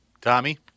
Tommy